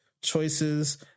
choices